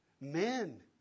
Men